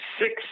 six